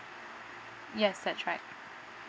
yes that's right